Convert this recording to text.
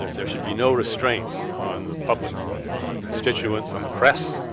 there should be no restraint on the public, on the constituents, on the press.